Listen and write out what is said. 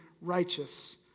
righteous